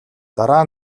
дараа